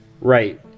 Right